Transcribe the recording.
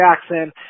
Jackson